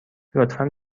لطفا